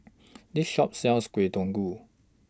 This Shop sells Kuih